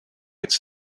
its